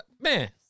Man